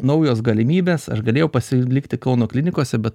naujos galimybės aš galėjau pasilikti kauno klinikose bet